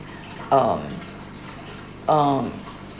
um um